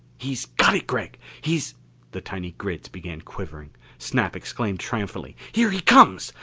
he's got it, gregg! he's the tiny grids began quivering. snap exclaimed triumphantly, here he comes!